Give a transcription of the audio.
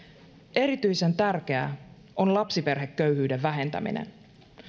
erityisen tärkeää on lapsiperheköyhyyden vähentäminen